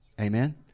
Amen